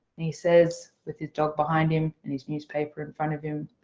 and he says, with his dog behind him and his newspaper in front of him,